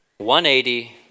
180